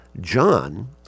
John